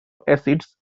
acids